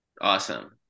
awesome